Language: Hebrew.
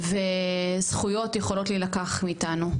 וזכויות יכולות להילקח מאתנו.